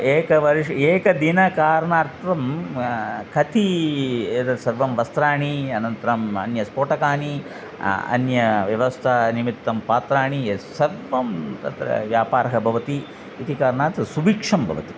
एकवर्ष् एकदिनकारणार्थं कति एतत् सर्वं वस्त्राणि अनन्तरम् अन्य स्फोटकानि अन्य व्यवस्था निमित्तं पात्राणि यत् सर्वं तत्र व्यापारः भवति इति कारणात् सुभिक्षं भवति